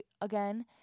again